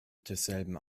desselben